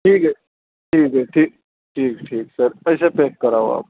ٹھیک ہے ٹھیک ہے ٹھیک ٹھیک ٹھیک سر اسے پیک کراؤ آپ